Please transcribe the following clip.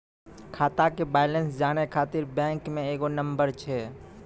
खाता के बैलेंस जानै ख़ातिर बैंक मे एगो नंबर छै?